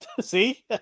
see